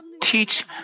teach